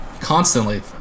constantly